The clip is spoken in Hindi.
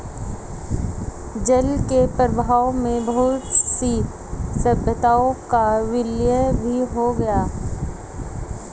जल के प्रवाह में बहुत सी सभ्यताओं का विलय भी हो गया